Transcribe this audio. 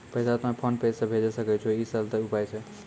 पैसा तोय PhonePe से भैजै सकै छौ? ई सरल उपाय छै?